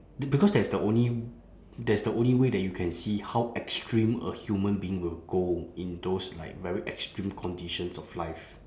the because that's the only that's the only way that you can see how extreme a human being will go in those like very extreme conditions of life